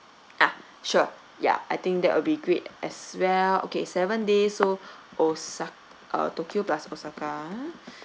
ah sure ya I think that will be great as well okay seven days so osa~ uh tokyo plus osaka ah